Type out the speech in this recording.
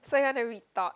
so you want to read thought